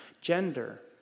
gender